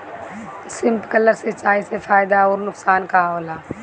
Sprinkler सिंचाई से फायदा अउर नुकसान का होला?